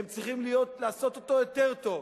הם צריכים לעשות אותו יותר טוב.